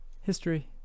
history